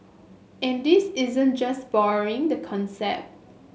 and this isn't just borrowing the concept